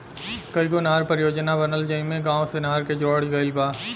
कईगो नहर परियोजना बनल जेइमे गाँव से नहर के जोड़ल गईल बा